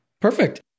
Perfect